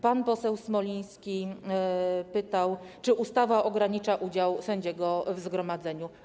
Pan poseł Smoliński pytał, czy ustawa ogranicza udział sędziego w zgromadzeniu.